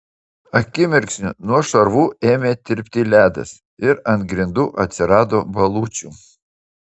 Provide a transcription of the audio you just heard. akimirksniu nuo šarvų ėmė tirpti ledas ir ant grindų atsirado balučių